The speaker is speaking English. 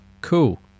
cool